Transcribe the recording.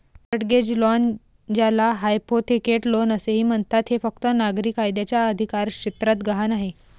mortgage loan, ज्याला hypothecate loan असेही म्हणतात, हे फक्त नागरी कायद्याच्या अधिकारक्षेत्रात गहाण आहे